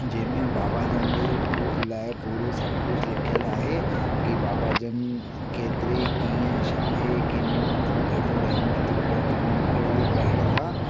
जंहिंमें बाबा जन जे पू लाइ पूरो सभु कुझु लिखियलु आहे की बाबा जन केतिरे कीअं छा आहे कंहिंजे मथां घणियूं रहमतूं कयुनि ऐं मूंखे उहा पढ़ण सां